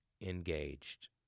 engaged